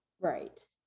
Right